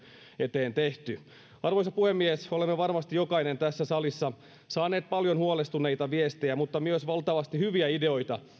eteen tehty arvoisa puhemies olemme varmasti jokainen tässä salissa saaneet paljon huolestuneita viestejä mutta myös valtavasti hyviä ideoita